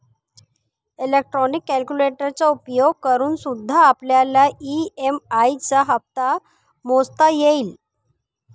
electronic कैलकुलेटरचा उपयोग करूनसुद्धा आपल्याला ई.एम.आई चा हप्ता मोजता येईल